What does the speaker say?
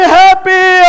happy